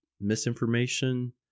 misinformation